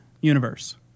universe